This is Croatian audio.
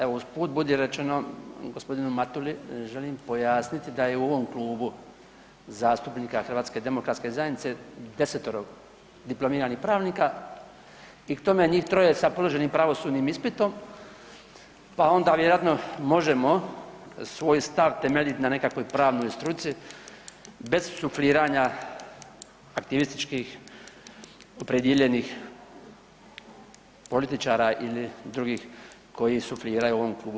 Evo usput budi rečeno gospodinu Matuli želim pojasniti da je u ovom krugu zastupnika HDZ-a desetoro diplomiranih pravnika i k tome njih troje sa položenim pravosudnim ispitom, pa onda vjerojatno možemo svoj stav temeljiti na nekakvoj pravnoj struci bez sufliranja aktivističkih opredijeljenih političara ili drugih koji sufliraju u ovom krugu.